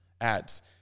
ads